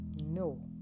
no